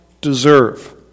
deserve